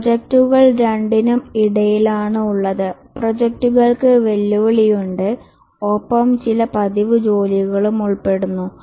പ്രോജക്റ്റുകൾ രണ്ടിനും ഇടയിൽ ആണ് ഉള്ളത് പ്രോജക്റ്റുകൾക്ക് വെല്ലുവിളിയുണ്ട് ഒപ്പം ചില പതിവ് ജോലികളും ഉൾപ്പെടുന്നു